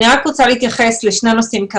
אלא אתייחס לשני נושאים.